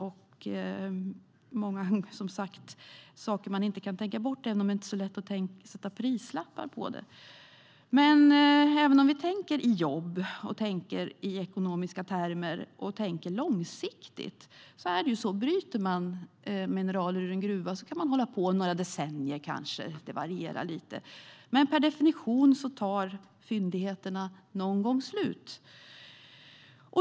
Det finns saker man inte kan tänka bort, även om det inte är så lätt att sätta prislappar på dem. Även om vi tänker i jobb och tänker i ekonomiska termer och tänker långsiktigt: Bryter man mineral ur en gruva kan man hålla på några decennier - det varierar lite. Men per definition tar fyndigheterna slut någon gång.